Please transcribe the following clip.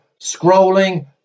scrolling